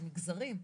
על מגזרים.